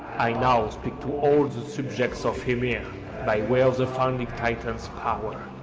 i now speak to all the subjects of ymir, by way of the founding titan's power.